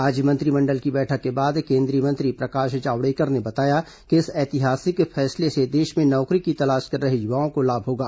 आज मंत्रिमंडल की बैठक के बाद केंद्रीय मंत्री प्रकाश जावड़ेकर ने बताया कि इस ऐतिहासिक फैसले से देश में नौकरी की तलाश कर रहे युवाओं को लाभ होगा